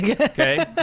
okay